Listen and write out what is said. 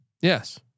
Yes